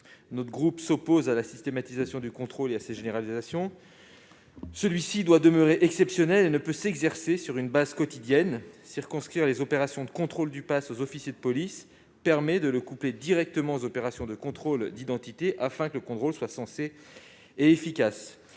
Notre groupe s'oppose à la systématisation et à la généralisation du contrôle, qui doit demeurer exceptionnel et ne peut pas s'exercer sur une base quotidienne. Circonscrire les opérations de contrôle du passe aux officiers de police permet de les coupler directement aux opérations de contrôle d'identité, afin que le contrôle soit sensé et efficace.